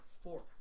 four